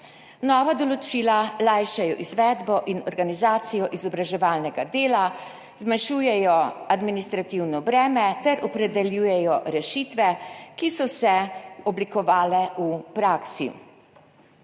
Nova določila lajšajo izvedbo in organizacijo izobraževalnega dela, zmanjšujejo administrativno breme ter opredeljujejo rešitve, ki so se oblikovale v praksi.